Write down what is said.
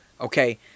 Okay